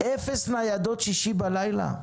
אפס ניידות בשישי בלילה?